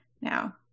now